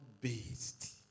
based